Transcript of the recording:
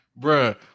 Bruh